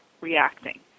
reacting